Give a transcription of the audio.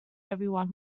everyone